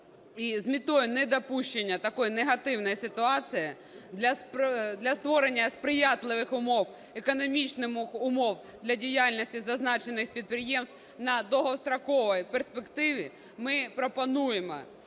І з метою недопущення такої негативної ситуації, для створення сприятливих умов, економічних умов, для діяльності зазначених підприємств на довгостроковій перспективі ми пропонуємо